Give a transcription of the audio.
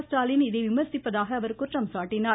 ஸ்டாலின் இதை விமர்சிப்பதாக குற்றம் சாட்டினார்